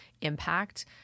impact